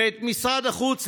ואת משרד החוץ,